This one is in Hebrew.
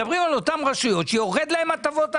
מדברים על אותן רשויות שיורדות להן הטבות המס.